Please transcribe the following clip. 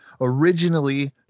Originally